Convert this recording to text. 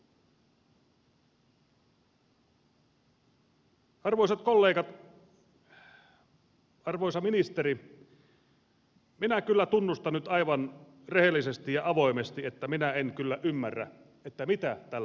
arvoisat kollegat arvoisa ministeri minä kyllä tunnustan nyt aivan rehellisesti ja avoimesti että minä en kyllä ymmärrä mitä tällä tarkoitetaan